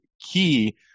key